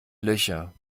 löcher